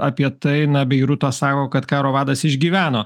apie tai na beirutas sako kad karo vadas išgyveno